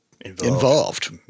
involved